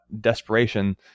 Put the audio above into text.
desperation